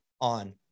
on